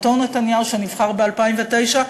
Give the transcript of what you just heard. אותו נתניהו שנבחר ב-2009,